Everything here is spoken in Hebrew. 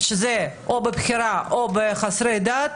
בין אם מבחירה או כשמדובר בחסרי דת,